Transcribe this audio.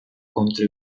contro